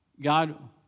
God